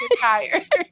tired